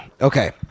Okay